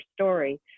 story